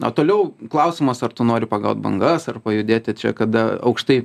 na toliau klausimas ar tu nori pagaut bangas ar pajudėti čia kada aukštai